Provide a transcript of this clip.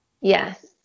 Yes